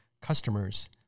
customers